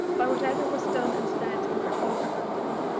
by whatever was done and said and written around him.